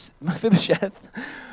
Mephibosheth